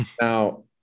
Now